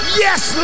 yes